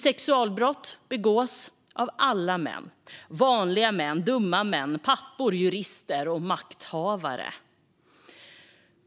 Sexualbrott begås av alla män - vanliga män, dumma män, pappor, jurister och makthavare.